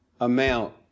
amount